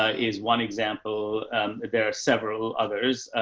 ah is one example. um, there are several others,